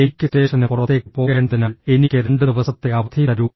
എനിക്ക് സ്റ്റേഷനു പുറത്തേക്ക് പോകേണ്ടതിനാൽ എനിക്ക് രണ്ട് ദിവസത്തെ അവധി തരൂ